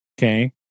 Okay